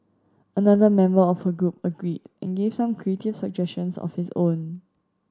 another member of her group agreed and gave some creative suggestions of his own